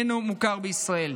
אינו מוכר בישראל.